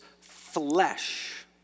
flesh